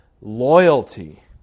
loyalty